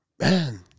man